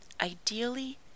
Ideally